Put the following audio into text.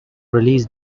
release